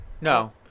No